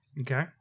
Okay